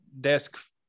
desk